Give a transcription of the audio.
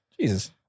Jesus